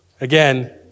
Again